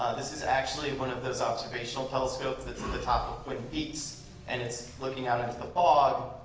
this is actually one of those observational telescopes that's at the top of like peaks and it's looking out into the fog.